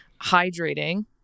hydrating